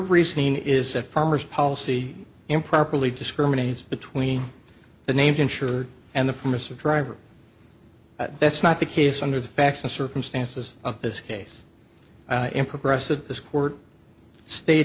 reason is that farmers policy improperly discriminates between the named insured and the permissive driver that's not the case under the facts and circumstances of this case in progress of this court stated